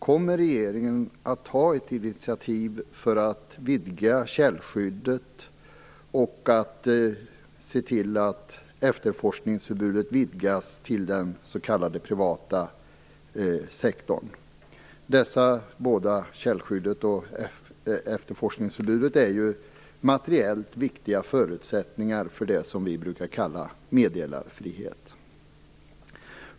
Kommer regeringen att ta ett initiativ för att vidga källskyddet och för att se till att efterforskningsförbudet vidgas till den s.k. privata sektorn? Dessa båda, källskyddet och efterforskningsförbudet, är materiellt viktiga förutsättningar för det som vi brukar kalla meddelarfrihet.